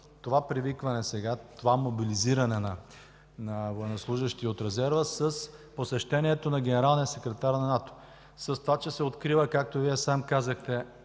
това привикване сега, това мобилизиране на военнослужещи от резерва с посещението на генералния секретар на НАТО, с това, че се открива, както сам казахте,